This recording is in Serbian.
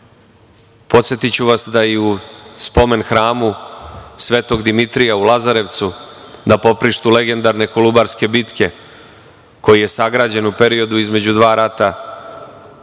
našima. Podsetiću vas da i u Spomen hramu Svetog Dimitrija u Lazarevcu na poprištu legendarne Kolubarske bitke koji je sagrađen u periodu između dva rata,